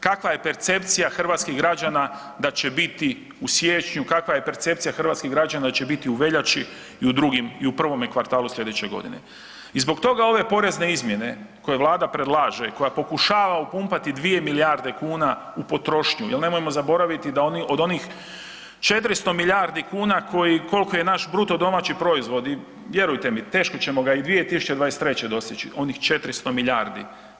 Kakva je percepcija hrvatskih građana, da će biti u siječnju, kakva je percepcija hrvatskih građana da će biti u veljači i u drugim i u prvome kvartalu sljedeće godine i zbog toga ove porezne izmjene koje Vlada predlaže i koje pokušava upumpati 2 milijarde kuna u potrošnju jer nemojmo zaboraviti da od onih 400 milijardi kuna koji, koliki je naš BDP i vjerujte mi, teško ćemo ga i 2023. dostići, onih 400 milijardi.